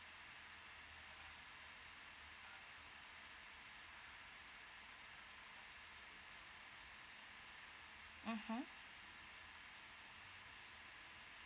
mmhmm